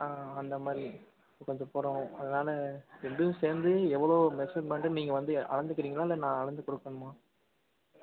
ஆ அந்த மாதிரி கொஞ்சம் போடணும் அதனால் ரெண்டும் சேர்ந்து எவ்வளோ மெஸ்ஸர்மெண்ட்டுனு நீங்கள் வந்து அளந்துக்கிறீங்களா இல்லை நான் அளந்து கொடுக்கணுமா